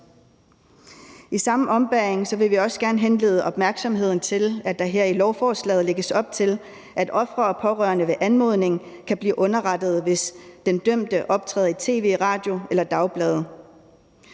I samme ombæring vil vi også gerne henlede opmærksomheden på, at der her i lovforslaget lægges op til, at ofre og pårørende ved anmodning kan blive underrettet, hvis den dømte optræder i tv, radio eller dagblade.